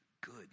good